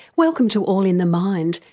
welcome to all in the mind,